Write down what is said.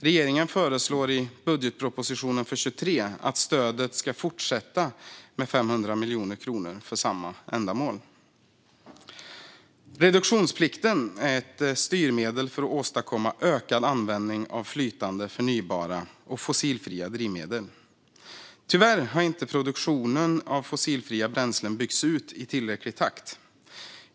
Regeringen föreslår i budgetpropositionen för 2023 att stödet ska fortsätta med 500 miljoner kronor för samma ändamål. Reduktionsplikten är ett styrmedel för att åstadkomma ökad användning av flytande förnybara och fossilfria drivmedel. Tyvärr har inte produktionen av fossilfria bränslen byggts ut i tillräcklig takt.